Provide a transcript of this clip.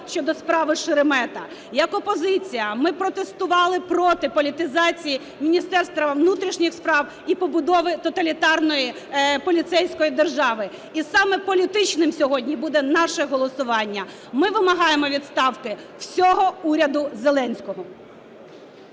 щодо справи Шеремета, як опозиція ми протестували проти політизації Міністерства внутрішніх справ і побудови тоталітарної поліцейської держави. І саме політичним сьогодні буде наше голосування, ми вимагаємо відставки всього уряду Зеленського.